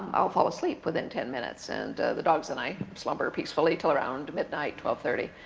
i'll fall asleep within ten minutes. and the dogs and i slumber peacefully until around midnight, twelve thirty.